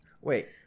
wait